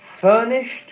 furnished